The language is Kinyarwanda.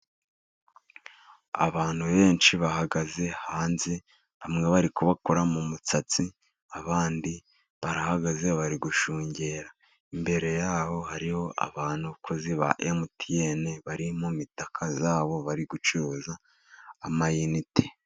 Abantu benshi bahagaze hanze. Bamwe bari kubakora mu musatsi, abandi barahagaze bari gushungera. Imbere yaho hariho abakozi ba emutiyene bari mu mitaka yabo, bari gucuruza amayinite.